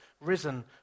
risen